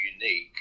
unique